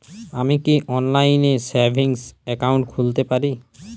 আমি কি অনলাইন এ সেভিংস অ্যাকাউন্ট খুলতে পারি?